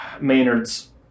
Maynard's